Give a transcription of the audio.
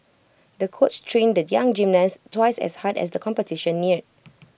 the coach trained the young gymnast twice as hard as the competition neared